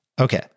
Okay